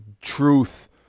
truth